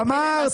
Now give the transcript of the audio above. תמר,